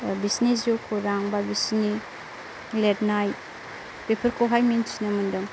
बिसोरनि जिउखौरां बा बिसोरनि लिरनाय बेफोरखौहाय मिन्थिनो मोनदों